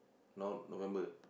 now November